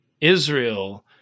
Israel